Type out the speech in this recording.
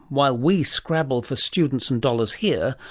while we scrabble for students and dollars here,